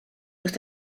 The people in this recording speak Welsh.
wrth